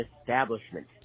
establishment